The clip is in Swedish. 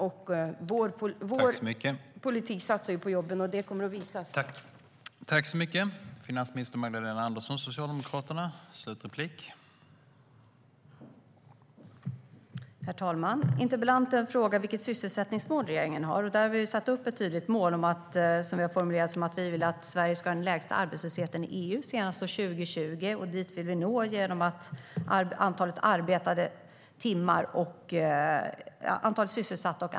Med vår politik satsar vi jobben, och det kommer att visa sig.